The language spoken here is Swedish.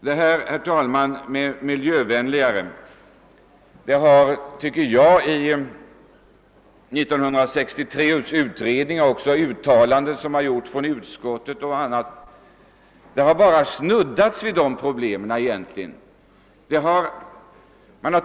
Man har enligi min mening i i utred ningarna i samband med 1963 års trafikpolitiska beslut och i de uttalanden, som gjorts bl.a. av riksdagen, egentligen bara snuddat vid frågan om trafikmedlens miljövänlighet.